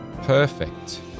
Perfect